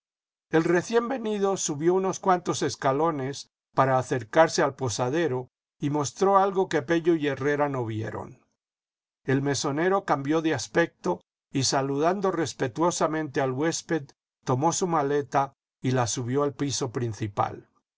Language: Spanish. el recién venido subió unos cuantos escalones para acercarse al posadero y mostró algo que pello y herrera no vieron el mesonero cambió de aspecto y saludando respetuosamente al huésped tomó su maleta y la subió al piso principal